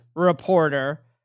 reporter